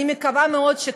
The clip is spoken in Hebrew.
אני מקווה מאוד,